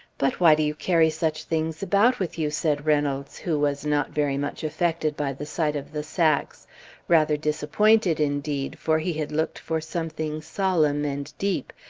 but why do you carry such things about with you? said reynolds, who was not very much affected by the sight of the sacks rather disappointed, indeed, for he had looked for something solemn and deep,